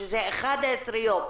שזה 11 יום,